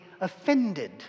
offended